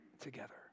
together